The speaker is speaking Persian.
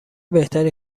بهتری